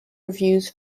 reviews